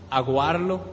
aguarlo